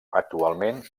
actualment